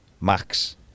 max